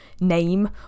name